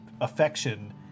affection